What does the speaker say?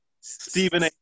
Stephen